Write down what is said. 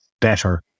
better